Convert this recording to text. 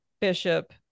bishop